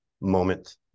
moment